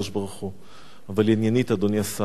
אבל עניינית, אדוני השר, זה שאתה נסחפת